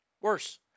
worse